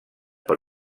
per